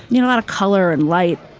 you know, a lotta color and light.